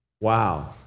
Wow